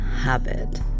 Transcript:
habit